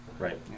Right